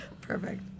perfect